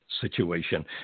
Situation